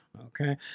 Okay